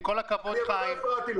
עם כל הכבוד, חיים -- לא הפרעתי לך.